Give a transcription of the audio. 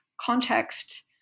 context